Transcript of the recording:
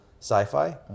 sci-fi